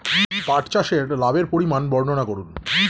পাঠ চাষের লাভের পরিমান বর্ননা করুন?